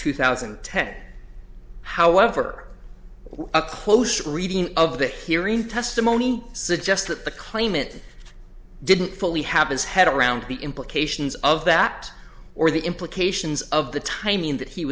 two thousand and ten however a close reading of that hearing testimony suggest that the claimant didn't fully have his head around the implications of that or the implications of the timing that he